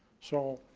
so,